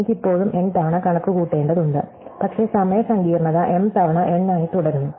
എനിക്ക് ഇപ്പോഴും n തവണ കണക്കുകൂട്ടേണ്ടതുണ്ട് പക്ഷേ സമയ സങ്കീർണ്ണത m തവണ n ആയി തുടരുന്നു